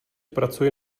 pracuji